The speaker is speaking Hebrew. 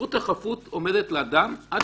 שזכות החפות עומדת לאדם עד